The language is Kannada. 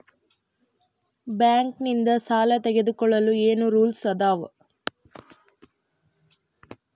ಬ್ಯಾಂಕ್ ನಿಂದ್ ಸಾಲ ತೊಗೋಳಕ್ಕೆ ಏನ್ ರೂಲ್ಸ್ ಅದಾವ?